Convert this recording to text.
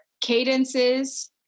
cadences